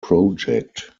project